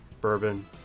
bourbon